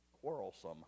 quarrelsome